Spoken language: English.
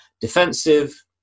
defensive